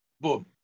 boom